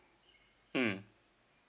mm